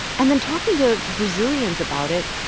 and then talking to brazilians about it,